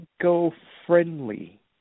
eco-friendly